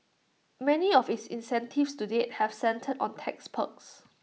many of its incentives to date have centred on tax perks